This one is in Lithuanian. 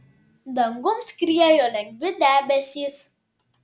dangum skriejo lengvi debesys